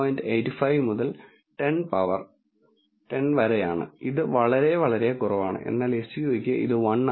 85 മുതൽ 10 പവർ 10 വരെയാണ് ഇത് വളരെ വളരെ കുറവാണ് എന്നാൽ എസ്യുവിക്ക് ഇത് 1 ആണ്